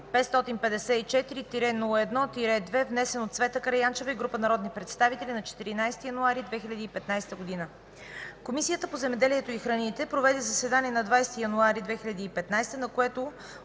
554-01-2, внесен от Цвета Караянчева и група народни представители на 14 януари 2015 г. Комисията по земеделието и храните проведе заседание на 20 януари 2015 г., на което